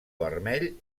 vermell